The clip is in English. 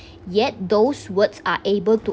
yet those words are able to